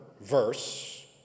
verse